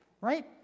right